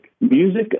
Music